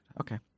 Okay